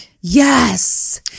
yes